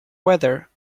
weather